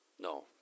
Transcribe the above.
No